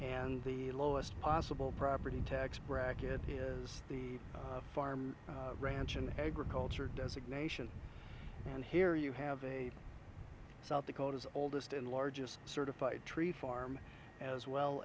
and the lowest possible property tax bracket is the farm ranch an agriculture designation and here you have a south dakota's oldest and largest certified tree farm as